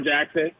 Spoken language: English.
Jackson